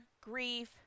grief